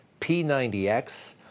P90X